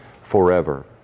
forever